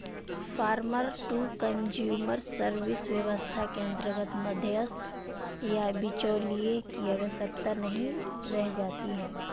farmer to consumer service व्यवस्था के अंतर्गत मध्यस्थ या बिचौलिए की आवश्यकता नहीं रह जाती है